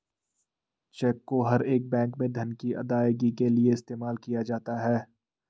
check को हर एक बैंक में धन की अदायगी के लिये इस्तेमाल किया जाता है